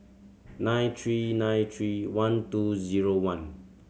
nine three nine three one two zero one